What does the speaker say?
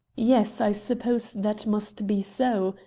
yes i suppose that must be so,